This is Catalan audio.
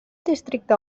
districte